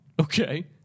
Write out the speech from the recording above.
Okay